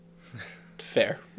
fair